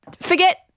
Forget